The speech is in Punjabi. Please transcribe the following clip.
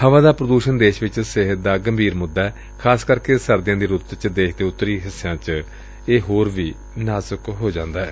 ਹਵਾ ਦਾ ਪੁਦੁਸ਼ਣ ਦੇਸ਼ ਵਿਚ ਸਿਹਤ ਦਾ ਗੰਭੀਰ ਮੁੱਦਾ ਏ ਖਾਸ ਕਰਕੇ ਸਰਦੀਆਂ ਦੀ ਰੁੱਤ ਚ ਦੇਸ਼ ਦੇ ਉੱਤਰੀ ਹਿੱਸਿਆਂ ਚ ਇਹ ਹੋਰ ਵੀ ਨਾਜੁਕ ਹੋ ਜਾਂਦੈ